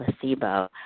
placebo